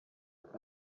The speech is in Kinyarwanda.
addis